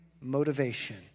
motivation